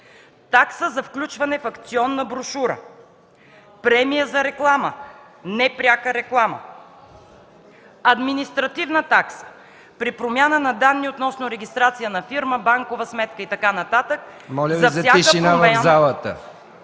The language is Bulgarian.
такса за включване в акционна брошура; - премия за реклама – непряка реклама; - административна такса – при промяна на данни относно регистрация на фирма, банкова сметка и така нататък; - за всяка промяна